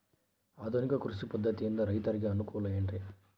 ಆಧುನಿಕ ಕೃಷಿ ಪದ್ಧತಿಯಿಂದ ರೈತರಿಗೆ ಅನುಕೂಲ ಏನ್ರಿ?